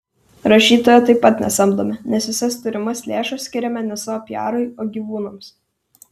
rašytojo taip pat nesamdome nes visas turimas lėšas skiriame ne savo piarui o gyvūnams